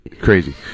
crazy